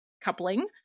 coupling